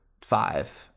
five